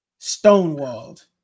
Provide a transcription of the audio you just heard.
Stonewalled